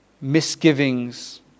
misgivings